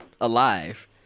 alive